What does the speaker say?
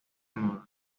moda